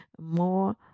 more